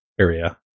area